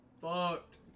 fucked